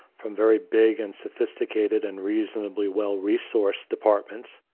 from very big and sophisticated and reasonably well-resourced departments,